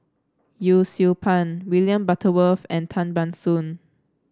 Yee Siew Pun William Butterworth and Tan Ban Soon